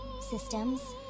systems